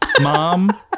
Mom